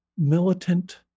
militant